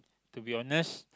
to be honest